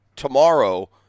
Tomorrow